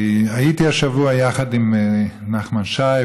הייתי השבוע יחד עם נחמן שי,